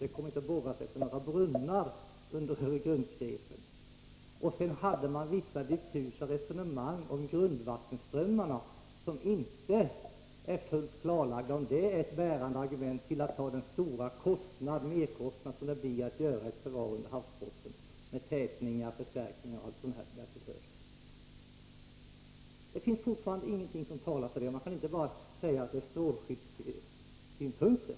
Det kommer inte att borras några brunnar under Öregrundsgrepen. Sedan hade man vissa diffusa resonemang om grundvattenströmmarna, och det är inte fullt klarlagt om det är ett bärande argument för att ta den stora merkostnad som blir följden av en förvaring under havsbottnen med tätningar och förstärkningar och allt vad som därtill hör. Det finns fortfarande ingenting som talar för det. Man kan inte bara säga att det är strålskyddssynpunkter.